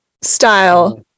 style